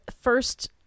first